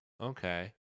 okay